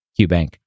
QBank